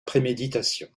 préméditation